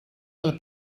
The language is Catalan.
del